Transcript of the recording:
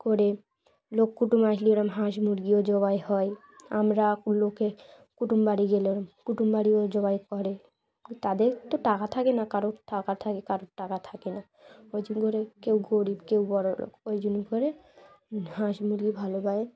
করে লোক কুটুম আসলে এরম হাঁস মুরগিও জবাই হয় আমরা লোকে কুটুমবাড়ি গেলে কুটুমবাড়িও জবাই করে তাদের তো টাকা থাকে না কারোর টাকা থাকে কারোর টাকা থাকে না ওই জন্য করে কেউ গরিব কেউ বড়লোক ওই জন্য করে হাঁস মুরগি ভালো পায়